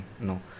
no